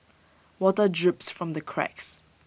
water drips from the cracks